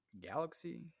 galaxy